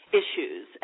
issues